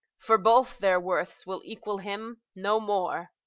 for both their worths will equal him no more!